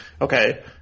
okay